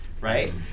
right